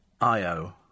Io